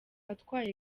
atwaye